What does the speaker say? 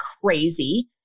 crazy